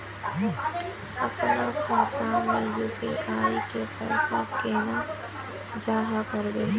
अपना खाता में यू.पी.आई के पैसा केना जाहा करबे?